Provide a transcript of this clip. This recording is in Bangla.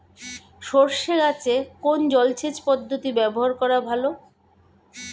সরষে গাছে কোন জলসেচ পদ্ধতি ব্যবহার করা ভালো?